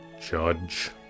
Judge